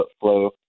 flow